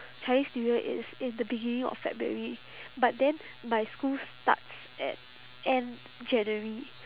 chinese new year is in the beginning of february but then my school starts at end january